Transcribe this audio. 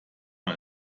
man